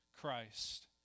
Christ